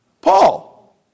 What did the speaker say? Paul